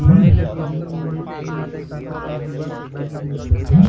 Bank থাকি ঋণ নিলে কি রকম টাকা সুদ দিবার নাগিবে?